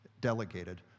delegated